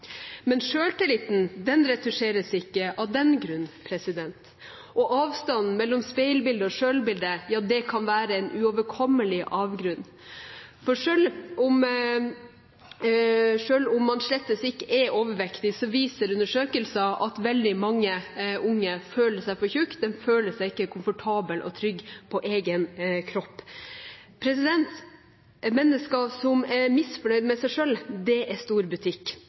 Men selvtilliten retusjeres ikke av den grunn. Avstanden mellom speilbildet og selvbildet kan være en uoverkommelig avgrunn. Selv om man slett ikke er overvektig, viser undersøkelser at veldig mange unge føler seg for tykke, de føler seg ikke komfortable og trygge på sin egen kropp. Mennesker som er misfornøyd med seg selv, er stor butikk.